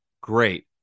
great